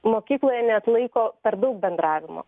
mokykloje neatlaiko per daug bendravimo